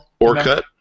Orcut